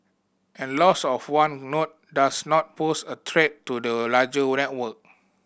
and loss of one node does not pose a threat to the larger network